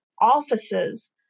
offices